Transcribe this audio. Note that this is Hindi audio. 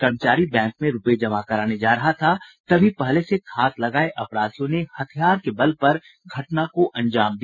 कर्मचारी बैंक में रूपये जमा कराने जा रहा था तभी पहले से घात लगाये अपराधियों ने इस घटना को अंजाम दिया